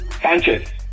Sanchez